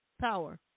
Power